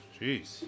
Jeez